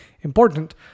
important